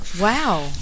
Wow